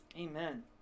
Amen